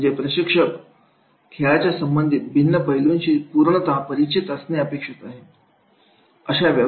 म्हणजे प्रशिक्षक खेळाच्या संबंधित भिन्न पैलूंशी पूर्णता परिचित असणे अपेक्षित आहे